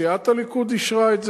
סיעת הליכוד אישרה את זה?